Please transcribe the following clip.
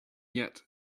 yet